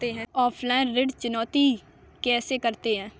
Offline ऋण चुकौती कैसे करते हैं?